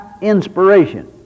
inspiration